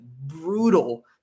brutal